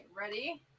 ready